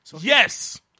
Yes